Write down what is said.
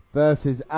versus